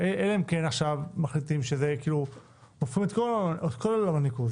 אלא אם כן עכשיו מחליטים שהופכים את כל עולם הניקוז.